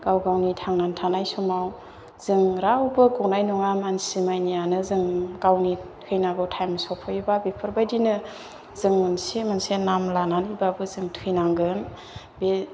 गाव गावनि थांना थानाय समाव जों रावबो गनाय नङा मानसि माइनियानो जों गावनि थैनांगौ थाइम सफैबा बेफोरबायदिनो जों मोनसे मोनसे नाम लानानैबो जों थानांगोन बे